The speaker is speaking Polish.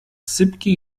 sypkie